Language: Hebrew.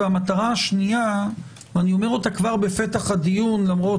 המטרה השנייה שאני אומר אותה כבר בתחילת הדיון למרות